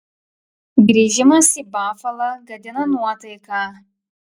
grįžimas į bafalą gadina nuotaiką